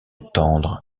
tendre